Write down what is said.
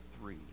three